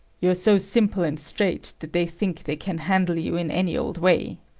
you're so simple and straight that they think they can handle you in any old way.